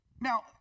Now